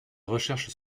recherches